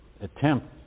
attempt